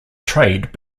trade